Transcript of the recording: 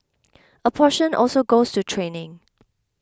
a portion also goes to training